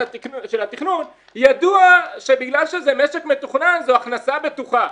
התכנון: ידוע שבגלל שזה משק מתוכנן זו הכנסה בטוחה.